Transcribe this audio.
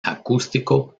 acústico